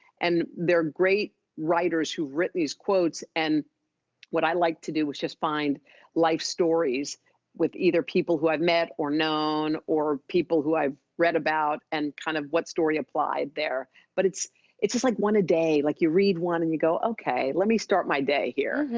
and they're great writers who've written these quotes. and what i like to do was just find life stories with either people who i've met or known or people who i've read about and kind of what story applied there. but it's it's just like one a day. like you read one and go, okay, let me start my day here.